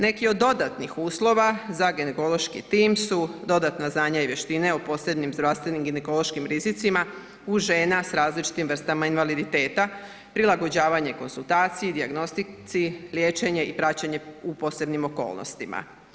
Neki od dodatnih uvjeta za ginekološki tim su dodatna znanja i vještine o posebni zdravstvenim ginekološkim rizicima u žena s različitim vrstama invaliditeta, prilagođavanje konzultaciji, dijagnostici, liječenje i praćenje u posebnim okolnostima.